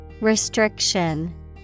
Restriction